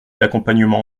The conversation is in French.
d’accompagnement